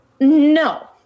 No